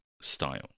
style